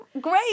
great